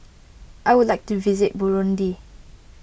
I would like to visit Burundi